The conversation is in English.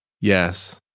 Yes